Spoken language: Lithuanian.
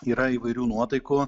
yra įvairių nuotaikų